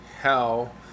hell